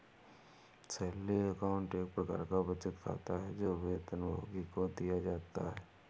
salary account एक प्रकार का बचत खाता है, जो वेतनभोगी को दिया जाता है